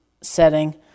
setting